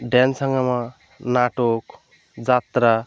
dance হাঙ্গামা নাটক যাত্রা